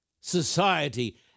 society